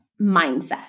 mindset